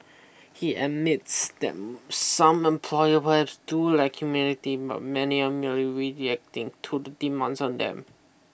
he admits that some employer perhaps do lack humanity but many are merely reacting to the demands on them